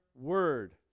word